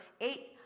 eight